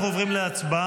אנחנו עוברים להצבעה,